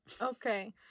Okay